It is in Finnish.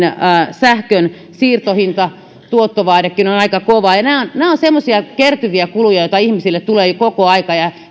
sähkön siirtohinta tuottovaadekin on aika kova nämä ovat semmoisia kertyviä kuluja joita ihmisille tulee koko aika ja